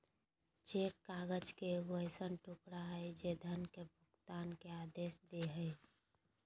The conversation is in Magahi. चेक काग़ज़ के एगो ऐसन टुकड़ा हइ जे धन के भुगतान के आदेश दे हइ